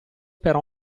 per